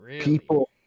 People